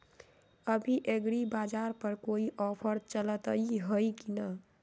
अभी एग्रीबाजार पर कोई ऑफर चलतई हई की न?